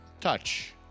touch